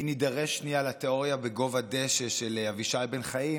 אם נידרש שנייה לתיאוריה בגובה הדשא של אבישי בן חיים,